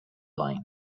line